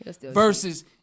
versus